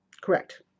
Correct